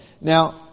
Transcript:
Now